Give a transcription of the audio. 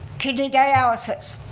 kidney dialysis.